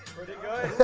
pretty good!